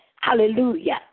Hallelujah